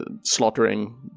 slaughtering